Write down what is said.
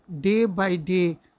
day-by-day